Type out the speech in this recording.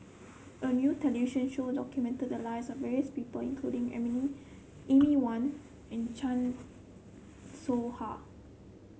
a new television show documented the lives of various people including Amy Amy Van and Chan Soh Ha